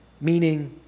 meaning